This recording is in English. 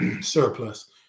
surplus